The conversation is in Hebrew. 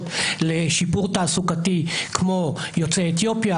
לשיפור תעסוקתי כמו יוצאי אתיופיה,